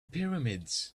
pyramids